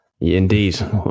Indeed